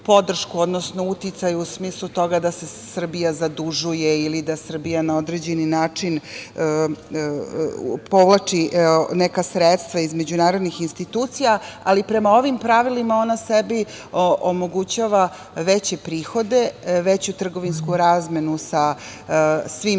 odnosno uticaj u smislu toga da se Srbija zadužuje ili da Srbija na određeni način povlači neka sredstva iz međunarodnih institucija, ali prema ovim pravilima ona sebi omogućava veće prihode, veću trgovinsku razmenu sa svim